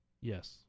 Yes